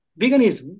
veganism